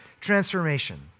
transformation